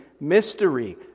Mystery